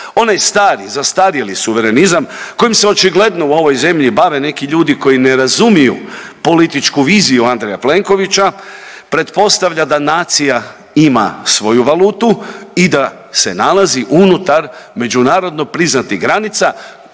Onaj stari, zastarjeli suverenizam kojim se očigledno u ovoj zemlji bave neki ljudi koji ne razumiju političku viziju Andreja Plenkovića pretpostavlja da nacija ima svoju valutu i da se nalazi unutar međunarodno priznatih granica